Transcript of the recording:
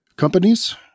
Companies